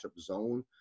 zone